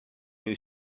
you